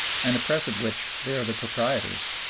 and a press of which they are the proprietors.